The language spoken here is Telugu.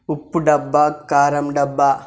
ఉప్పు డబ్బా కారం డబ్బా